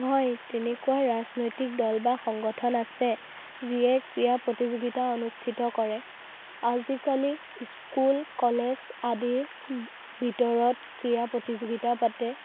হয় তেনেকুৱা ৰাজনৈতিক দল বা সংগঠন আছে যিয়ে ক্ৰীড়া প্ৰতিযোগিতা অনুস্থিত কৰে আজিকালি স্কুল কলেজ আদিৰ ভিতৰত ক্ৰীড়া প্ৰতিযোগিতা পাতে